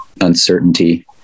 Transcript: uncertainty